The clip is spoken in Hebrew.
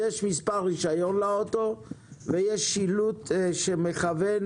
לאוטו יש מספר רישיון ויש שילוט שמכוון